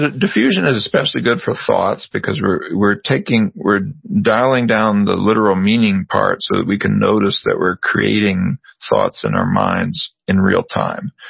diffusion is especially good for thoughts because we're we're taking, we're dialing down the literal meaning part so that we can notice that we're creating thoughts in our minds in real time.